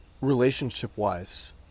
relationship-wise